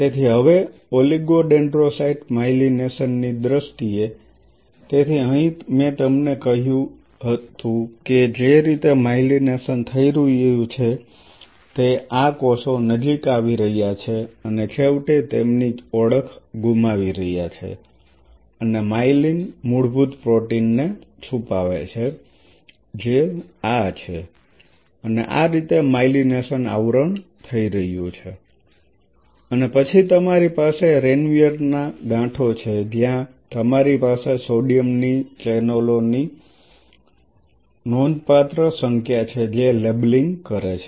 તેથી હવે oligodendrocyte myelination ની દ્રષ્ટિએ તેથી અહીં મેં તમને કહ્યું કે જે રીતે માઇલીનેશન થઈ રહ્યું છે તે આ કોષો નજીક આવી રહ્યા છે અને છેવટે તેમની ઓળખ ગુમાવી રહ્યા છે અને માયેલિન મૂળભૂત પ્રોટીનને છુપાવે છે જે આ છે અને આ રીતે માયલિનેશન આવરણ થઈ રહ્યું છે અને પછી તમારી પાસે રેનવીયર ના ગાંઠો છે જ્યાં તમારી પાસે સોડિયમ ચેનલોની નોંધપાત્ર સંખ્યા છે જે લેબલિંગ કરે છે